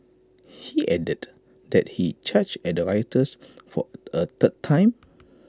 he added that he charged at the rioters for A third time